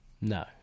No